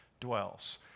dwells